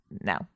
no